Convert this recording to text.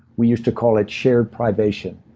we used to call it shared privation.